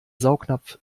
saugnapf